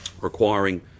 Requiring